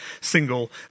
single